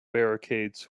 barricades